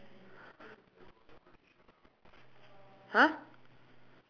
!huh!